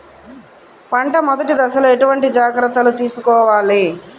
పంట మెదటి దశలో ఎటువంటి జాగ్రత్తలు తీసుకోవాలి?